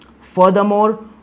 Furthermore